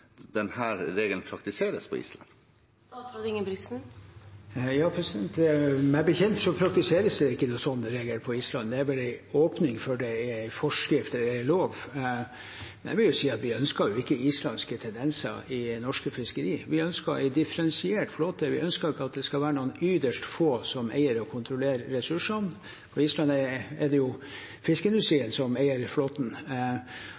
regelen praktiseres på Island? Meg bekjent praktiseres det ingen slik regel på Island. Det er bare en åpning for det i en forskrift eller en lov. Men jeg vil si at vi ønsker ikke islandske tendenser i norsk fiskeri. Vi ønsker en differensiert flåte. Vi ønsker ikke at det skal være noen ytterst få som eier og kontrollerer ressursene. På Island er det fiskeindustrien som eier flåten. Sånn sett har vi også agert i forhold til det.